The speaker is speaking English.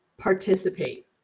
participate